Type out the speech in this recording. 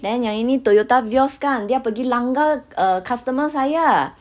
then yang ini Toyota vios kan dia pergi langgar err customer saya